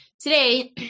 today